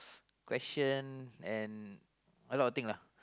question and a lot of thing lah